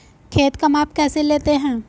खेत का माप कैसे लेते हैं?